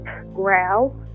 growl